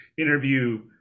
interview